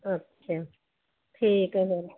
okay ਠੀਕ ਹੈ sir